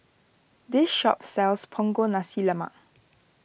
this shop sells Punggol Nasi Lemak